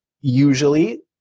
usually